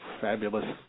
fabulous